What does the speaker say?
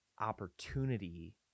opportunity